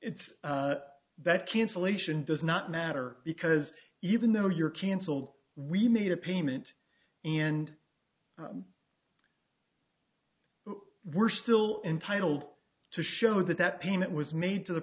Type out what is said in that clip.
it's that cancellation does not matter because even though your cancelled we made a payment and we're still entitled to show that that payment was made to the